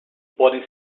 podem